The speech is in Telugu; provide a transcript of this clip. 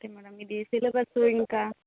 ఓకే మేడం ఇది సిలబస్ ఇంకా